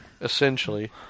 essentially